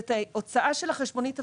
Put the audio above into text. את ההוצאה של החשבונית הפיקטיבית,